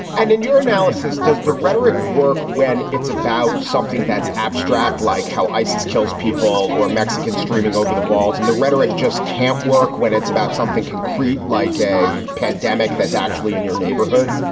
and in your analysis, does the rhetoric work when it's about something that's abstract, like how isis kills people or mexicans streaming over the walls and the rhetoric just can't work when it's about something concrete, like a pandemic that's actually in your neighborhood?